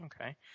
okay